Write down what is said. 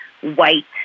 white